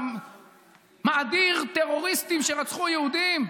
מאדיר טרוריסטים שרצחו יהודים?